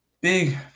big